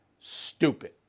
stupid